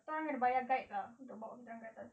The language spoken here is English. kita orang ada bayar guide lah untuk bawa kita orang ke atas